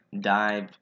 dive